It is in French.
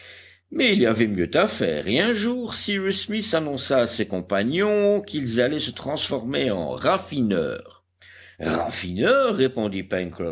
mais il y avait mieux à faire et un jour cyrus smith annonça à ses compagnons qu'ils allaient se transformer en raffineurs raffineurs répondit